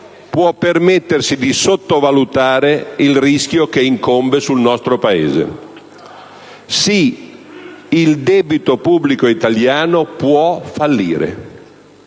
può permettersi di sottovalutare il rischio che incombe sul nostro Paese. Sì, il debito pubblico italiano può fallire,